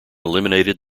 eliminated